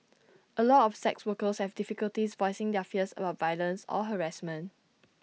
A lot of sex workers have difficulties voicing their fears about violence or harassment